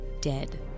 dead